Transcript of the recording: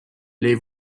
les